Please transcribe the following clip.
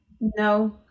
No